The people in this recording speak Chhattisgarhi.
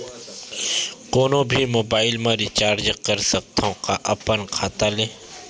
कोनो भी मोबाइल मा रिचार्ज कर सकथव का अपन खाता ले?